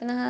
पुनः